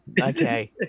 okay